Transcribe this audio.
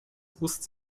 ust